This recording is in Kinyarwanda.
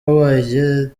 wabaye